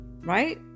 right